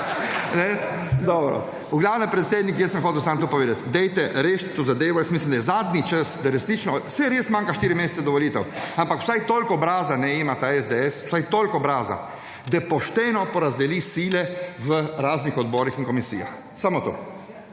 V glavnem predsednik, jaz sem hotel samo to povedati, dajte rešiti to zadevo. Jaz mislim, da je zadnji čas, da resnično…, saj res manjka štiri mesece do volitev, ampak vsaj toliko obraza naj ima ta SDS, vsaj toliko obraza, da pošteno porazdeli sile v raznih odborih in komisijah. Samo to.